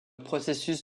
processus